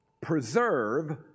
Preserve